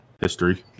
history